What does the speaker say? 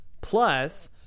plus